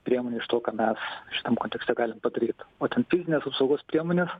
priemonė iš to ką mes šitam kontekste galim padaryt o ten fizinės apsaugos priemonės